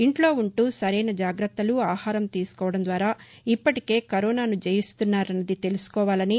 ఇంట్లో ఉంటూ సరైన జాగ్రత్తలు ఆహారం తీసుకోవడం ద్వారా ఇప్పటికే కరోనాసు జయిస్తున్నారన్నది తెలుసుకోవాలనీ